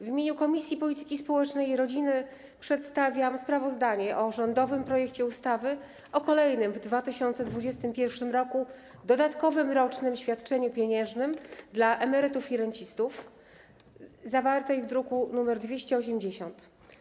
W imieniu Komisji Polityki Społecznej i Rodziny przedstawiam sprawozdanie o rządowym projekcie ustawy o kolejnym w 2021 r. dodatkowym rocznym świadczeniu pieniężnym dla emerytów i rencistów zawartym w druku nr 280.